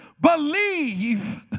believe